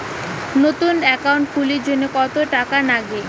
নতুন একাউন্ট খুলির জন্যে কত টাকা নাগে?